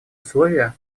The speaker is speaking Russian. условия